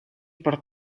por